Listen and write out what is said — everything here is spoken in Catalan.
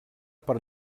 per